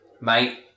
Mate